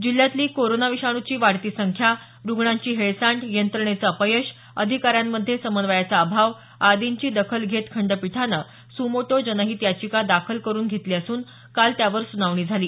जिल्ह्यातली कोरोना विषाणू बाधितांची वाढती संख्या रुग्णांची हेळसांड यंत्रणेचं अपयश अधिकाऱ्यांमध्ये समन्वयाचा अभाव आदींची दखल घेत खंडपीठानं सुमोटो जनहित याचिका दाखल करून घेतली असून काल त्यावर सुनावणी झाली